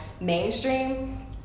mainstream